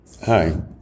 Hi